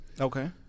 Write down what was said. Okay